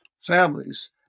families